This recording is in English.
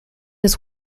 his